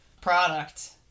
product